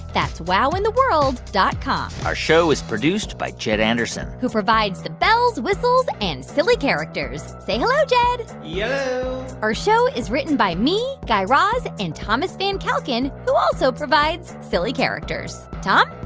that's wowintheworld dot com our show is produced by jed anderson. who provides the bells, whistles and silly characters. say hello, jed yello yeah our show is written by me, guy raz and thomas van kalken, who also provides silly characters. tom?